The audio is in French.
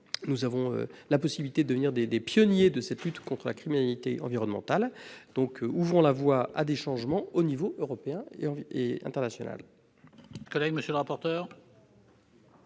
Nous avons la possibilité de devenir des pionniers de cette lutte contre la criminalité environnementale. Ouvrons la voie à des changements à l'échelon européen et international